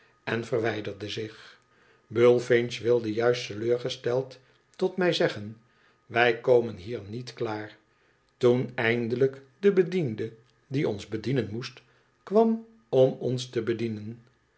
en verwijderde zich bullfinch wilde juist teleurgesteld tot mij zeggen wij komen hier niet klaar toen eindelijk de bediende die ons bedienen moest kwam om ons te bedienen